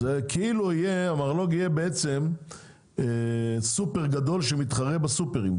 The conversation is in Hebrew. אז המרלו"ג יהיה בעצם סופר גדול שמתחרה בסופרים.